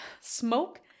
smoke